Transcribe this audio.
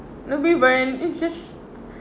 nobody burn it's just